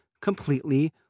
completely